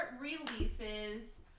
releases